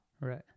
Right